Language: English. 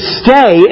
stay